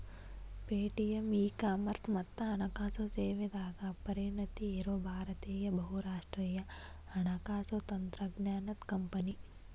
Paytm e commerce ಮತ್ತ ಹಣಕಾಸು ಸೇವೆದಾಗ ಪರಿಣತಿ ಇರೋ ಭಾರತೇಯ ಬಹುರಾಷ್ಟ್ರೇಯ ಹಣಕಾಸು ತಂತ್ರಜ್ಞಾನದ್ ಕಂಪನಿ